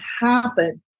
happen